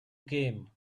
came